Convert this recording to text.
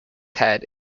head